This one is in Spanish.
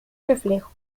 reflejo